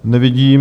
Nevidím.